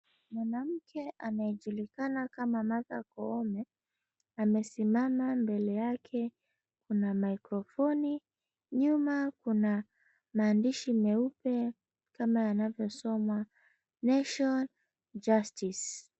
Mwanamke anayejulikana kama Martha Koome amesimama mbele yake kuna microphone nyuma kuna maandishi meupe kama yanayosomwa, Nation's Justice.